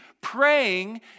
Praying